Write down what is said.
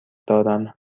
دارم